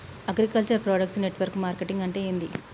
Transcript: Agriculture product network marketing అంటే ఏంది?